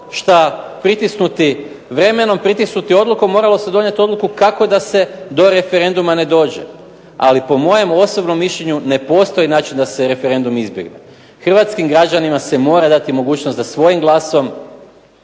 šta pritisnuti vremenom, pritisnuti odlukom moralo se donijeti odluku kako da se do referenduma ne dođe, ali po mojem osobnom mišljenju ne postoji način da se referendum izbjegne. Hrvatskim građanima se mora dati mogućnost da svojim glasom